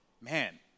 man